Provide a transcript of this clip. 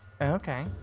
Okay